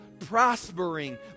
prospering